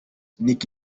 nick